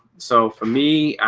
so for me